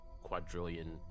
quadrillion